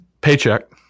paycheck